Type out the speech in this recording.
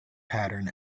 pattern